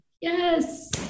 Yes